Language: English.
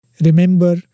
remember